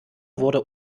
wurde